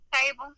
table